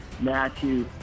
Matthew